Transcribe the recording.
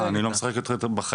אני לא משחק אתכם בחיים.